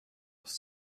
aus